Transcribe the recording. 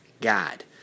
God